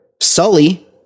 Sully